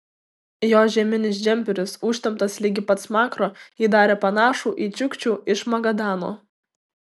jo žieminis džemperis užtemptas ligi pat smakro jį darė panašų į čiukčių iš magadano